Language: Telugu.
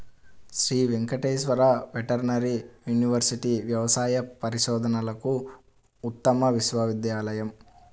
శ్రీ వెంకటేశ్వర వెటర్నరీ యూనివర్సిటీ వ్యవసాయ పరిశోధనలకు ఉత్తమ విశ్వవిద్యాలయం